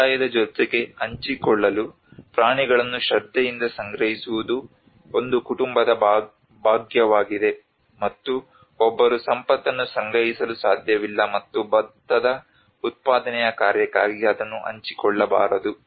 ಸಮುದಾಯದ ಜೊತೆಗೆ ಹಂಚಿಕೊಳ್ಳಲು ಪ್ರಾಣಿಗಳನ್ನು ಶ್ರದ್ಧೆಯಿಂದ ಸಂಗ್ರಹಿಸುವುದು ಒಂದು ಕುಟುಂಬದ ಭಾಗ್ಯವಾಗಿದೆ ಮತ್ತು ಒಬ್ಬರು ಸಂಪತ್ತನ್ನು ಸಂಗ್ರಹಿಸಲು ಸಾಧ್ಯವಿಲ್ಲ ಮತ್ತು ಭತ್ತದ ಉತ್ಪಾದನೆಯ ಕಾರ್ಯಕ್ಕಾಗಿ ಅದನ್ನು ಹಂಚಿಕೊಳ್ಳಬಾರದು